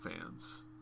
fans